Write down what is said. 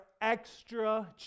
extra